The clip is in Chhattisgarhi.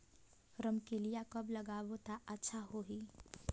रमकेलिया कब लगाबो ता अच्छा होही?